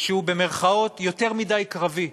שהוא "יותר מדי קרבי",